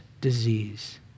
disease